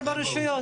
יש 24 רשויות.